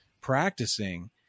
practicing